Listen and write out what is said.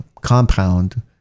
compound